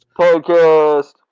Podcast